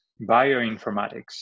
bioinformatics